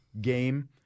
game